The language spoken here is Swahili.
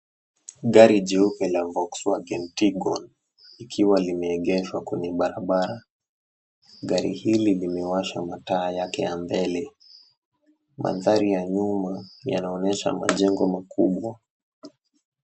Gari jeupe la Volkswagen Tiguan ikiwa limeegeshwa kwenye barabara. Gari hili limewasha mataa yake ya mbele. Mandhari ya nyuma yanaonyesha majengo makubwa.